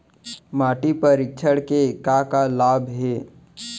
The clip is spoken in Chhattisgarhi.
माटी परीक्षण के का का लाभ हे?